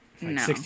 No